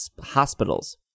hospitals